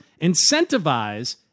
incentivize